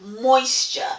moisture